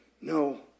no